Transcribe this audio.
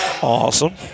Awesome